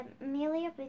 Amelia